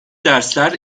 dersler